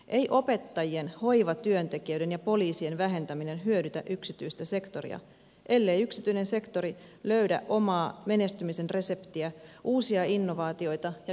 ei opettajien hoivatyöntekijöiden ja poliisien vähentäminen hyödytä yksityistä sektoria ellei yksityinen sektori löydä omaa menestymisen reseptiä uusia innovaatioita ja vientituotteita